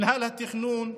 מינהל התכנון,